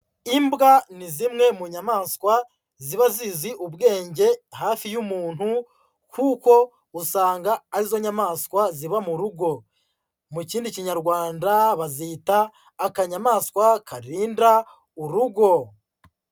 Imbwa ni zimwe mu nyamaswa ziba zizi ubwenge hafi y'umuntu, kuko usanga ari zo nyamaswa ziba mu rugo, mu kindi kinyarwanda bazita akanyamaswa karinda urugo.